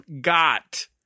got